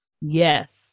Yes